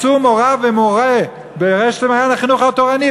מצאו מורָה ומורֶה ברשת "מעיין החינוך התורני",